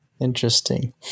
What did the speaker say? interesting